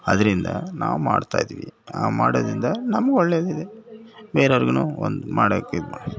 ಅದರಿಂದ ನಾವು ಮಾಡ್ತಾ ಇದ್ದೀವಿ ನಾವು ಮಾಡೋದ್ರಿಂದ ನಮ್ಗೆ ಒಳ್ಳೆಯದಿದೆ ಬೇರವ್ರಿಗು ಒಂದು ಮಾಡಕ್ಕೆ ಇದು